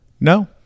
No